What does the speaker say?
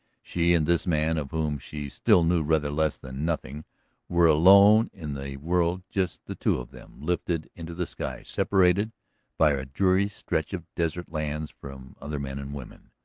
she and this man of whom she still knew rather less than nothing were alone in the world just the two of them lifted into the sky, separated by a dreary stretch of desert lands from other men and women.